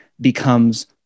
becomes